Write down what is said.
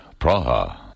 Praha